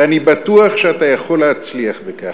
ואני בטוח שאתה יכול להצליח בכך.